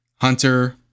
Hunter